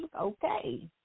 Okay